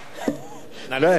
נא להתקדם.